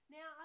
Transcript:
Now